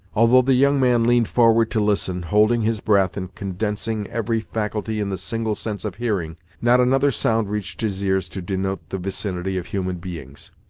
although the young man leaned forward to listen, holding his breath and condensing every faculty in the single sense of hearing, not another sound reached his ears to denote the vicinity of human beings.